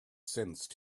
sensed